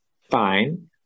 fine